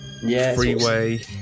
Freeway